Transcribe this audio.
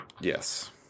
Yes